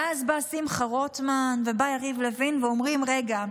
ואז בא שמחה רוטמן ובא יריב לוין, ואומרים: רגע,